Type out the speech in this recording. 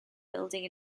building